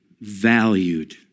valued